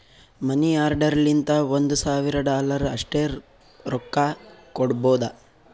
ಮನಿ order ಲಿಂತ ಒಂದ್ ಸಾವಿರ ಡಾಲರ್ ಅಷ್ಟೇ ರೊಕ್ಕಾ ಕೊಡ್ಬೋದ